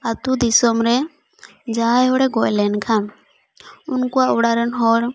ᱟᱹᱛᱩ ᱫᱤᱥᱚᱢ ᱨᱮ ᱡᱟᱦᱟᱭ ᱦᱚᱲᱮ ᱜᱚᱡᱽ ᱞᱮᱱᱠᱷᱟᱱ ᱩᱱᱠᱩᱣᱟᱜ ᱚᱲᱟᱜ ᱨᱮᱱ ᱦᱚᱲ